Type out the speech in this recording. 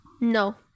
No